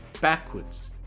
backwards